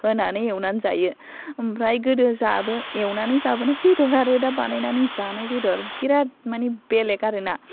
होनानै एवनानै जायो ओमफ्राय गोदो जाबो एवनानै जाबोनाय बेदर आरो दा बानायनानै जानाय बेदर बिराद मानि बेलेग आरोना